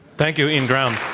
thank you. ian ground.